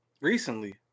Recently